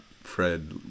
Fred